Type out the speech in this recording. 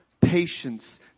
patience